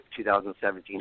2017